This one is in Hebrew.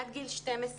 עד גיל 12,